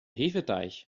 hefeteig